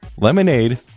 lemonade